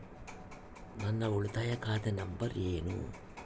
ನನ್ನ ಉಳಿತಾಯ ಖಾತೆ ನಂಬರ್ ಏನು?